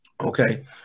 Okay